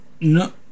no